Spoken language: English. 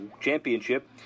Championship